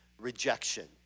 rejection